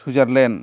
Switzerland